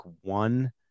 one